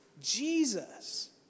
Jesus